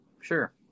sure